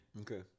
Okay